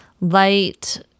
light